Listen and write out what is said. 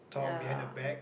ya